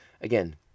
Again